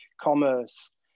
commerce